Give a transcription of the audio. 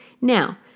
Now